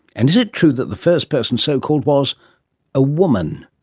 and is it true that the first person so called was a woman?